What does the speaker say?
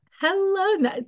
Hello